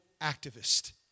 activist